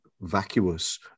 vacuous